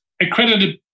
accredited